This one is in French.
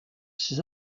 ses